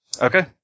Okay